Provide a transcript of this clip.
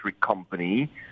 company